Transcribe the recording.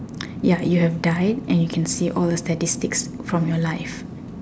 ya you have died and you can see all the statistics from your life